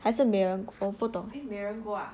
还是美人锅我不懂